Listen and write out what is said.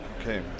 Okay